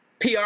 PR